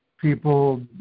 people